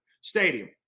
stadium